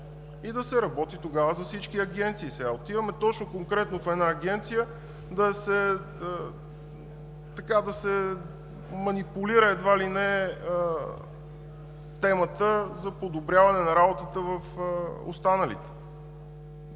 и да се работи тогава за всички агенции. Отиваме точно и конкретно в една агенция да се манипулира едва ли не темата за подобряване на работата в останалите.